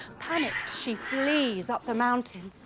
panicked she flees up the mountain,